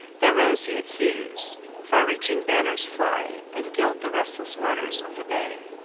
their roseate hues far-reaching banners fly, and gild the restless waters of the bay.